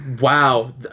wow